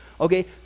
okay